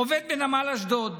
עובד בנמל אשדוד.